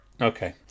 Okay